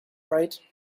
right